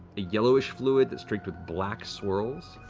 a yellowish fluid that's streaked with black swirls,